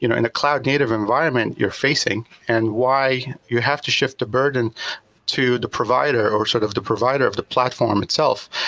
you know in the cloud native environment you're facing and why you have to shift a burden to the provider or sort of the provider of the platform itself.